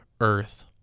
earth